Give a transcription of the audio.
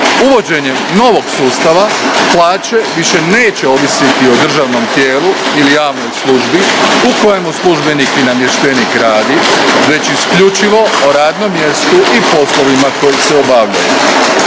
Uvođenjem novog sustava, plaće više neće ovisiti o državnom tijelu ili javnoj službi u kojemu službenik i namještenik radi, već isključivo o radnom mjestu i poslovima koji se obavljaju.